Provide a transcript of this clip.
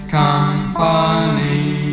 company